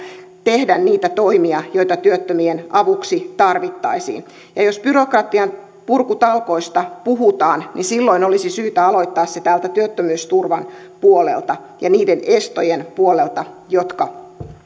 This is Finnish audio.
tehdä niitä toimia joita työttömien avuksi tarvittaisiin ja jos byrokratian purkutalkoista puhutaan niin silloin olisi syytä aloittaa ne täältä työttömyysturvan puolelta ja niiden estojen puolelta joita